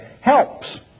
helps